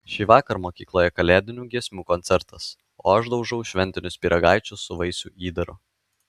šįvakar mokykloje kalėdinių giesmių koncertas o aš daužau šventinius pyragaičius su vaisių įdaru